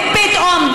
ופתאום,